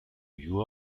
you